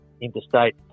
interstate